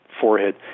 forehead